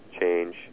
change